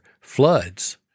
Floods